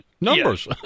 numbers